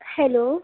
hello